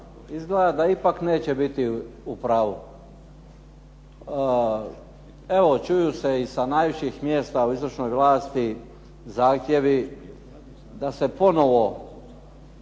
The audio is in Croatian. izgleda da ipak neće biti u pravu. Evo čuju se i sa najviših mjesta u izvršnoj vlasti zahtjevi da se ponovo